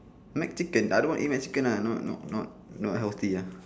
Mcchicken I don't want to eat Mcchicken lah not not not healthy ah